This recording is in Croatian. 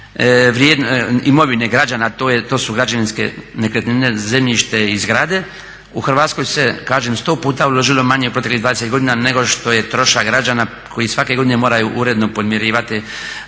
imovine građana a to su građevinske nekretnine, zemljište i zgrade u Hrvatskoj se kažem 100 puta uložilo manje u proteklih 20 godina nego što je trošak građana koji svake godine moraju uredno podmirivati